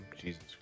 Jesus